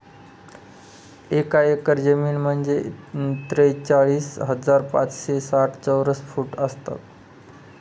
एक एकर जमीन म्हणजे त्रेचाळीस हजार पाचशे साठ चौरस फूट असतात